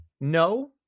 No